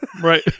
Right